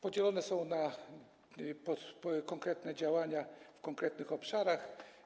Podzielone są na konkretne działania w konkretnych obszarach.